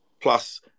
Plus